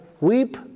weep